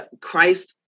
Christ